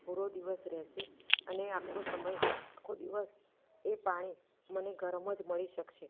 પૂરો દિવસ રહેશે અને આખો સમય આખો દિવસ એ પાણી મને ગરમ જ મળી શકશે